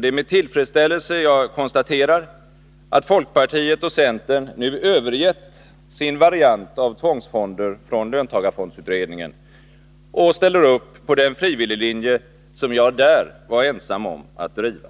Det är med tillfredsställelse jag konstaterar, att folkpartiet och centern nu övergett sin variant av tvångsfonder från löntagarfondsutredningen och ställer upp för den frivilliglinje som jag där var ensam om att driva.